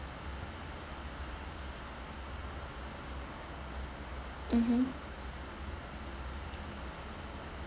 mmhmm